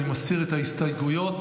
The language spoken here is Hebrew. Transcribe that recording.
אני מסיר את ההסתייגויות,